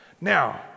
Now